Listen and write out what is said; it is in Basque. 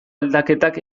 aldaketak